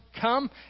come